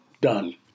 done